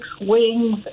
wings